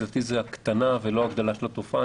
לדעתי זו הקטנה ולא הגדלה של התופעה.